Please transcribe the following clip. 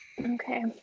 Okay